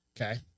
Okay